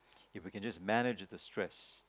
if we could just manage to distress